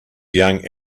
young